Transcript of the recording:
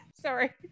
sorry